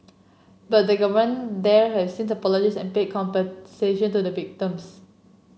but the governments there have since apologised and paid compensation to the victims